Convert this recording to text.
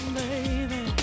baby